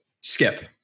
Skip